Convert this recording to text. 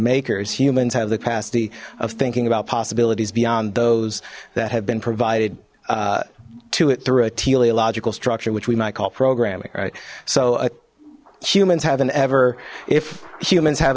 makers humans have the capacity of thinking about possibilities beyond those that have been provided to it through a teleological structure which we might call programming right so humans have an ever if humans have